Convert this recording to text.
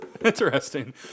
Interesting